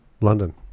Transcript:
London